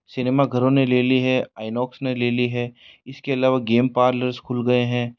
cinema घरों ने ले ली है आइनॉक्स ने ले ली है इसके अलावा गेम पार्लर्स खुल गए हैं